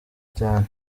cyane